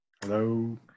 Hello